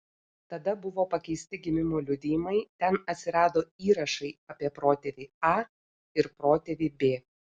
tada buvo pakeisti gimimo liudijimai ten atsirado įrašai apie protėvį a ir protėvį b